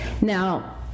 Now